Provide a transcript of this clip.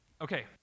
okay